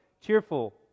cheerful